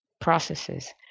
processes